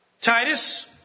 Titus